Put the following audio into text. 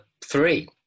three